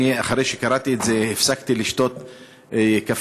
אחרי שקראתי את זה הפסקתי לשתות קפה,